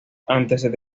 antes